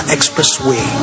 Expressway